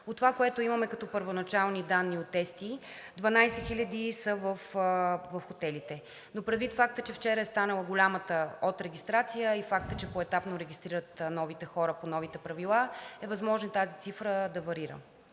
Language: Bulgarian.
От това, което имаме като първоначални данни от ЕСТИ – 12 хиляди са в хотелите. Предвид факта, че вчера е станала голямата отрегистрация, и факта, че поетапно регистрират новите хора по новите правила, е възможно тази цифра да варира.